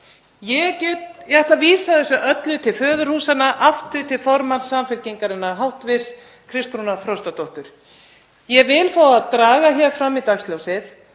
Ég ætla að vísa þessu öllu aftur til föðurhúsanna, til formanns Samfylkingarinnar, hv. þm. Kristrúnar Frostadóttur. Ég vil fá að draga hér fram í dagsljósið